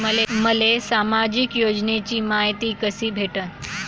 मले सामाजिक योजनेची मायती कशी भेटन?